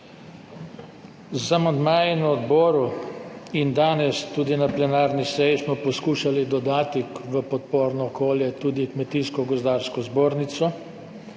Z amandmaji na odboru in danes tudi na plenarni seji smo poskušali dodati v podporno okolje tudi Kmetijsko-gozdarsko zbornico,